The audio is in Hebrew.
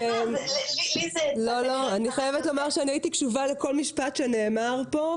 אני חייבת לומר שהייתי קשובה לכל משפט שנאמר פה,